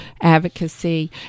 advocacy